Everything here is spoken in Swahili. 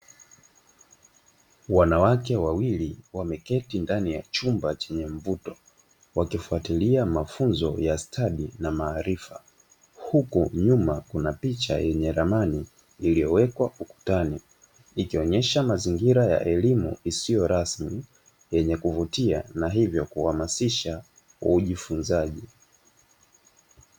Wanawake wawili wameketi ndani ya chumba chenye mvuto, wakifuatilia mafunzo ya stadi na maarifa, huku nyuma kuna picha yenye ramani iliyowekwa kukutani, ikionyesha mazingira ya elimu isiyo rasmi yenye kuvutia na hivyo kuhamasisha ujifunzaji.